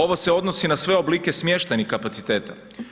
Ovo se odnosi na sve oblike smještajnih kapaciteta.